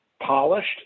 polished